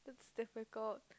it's difficult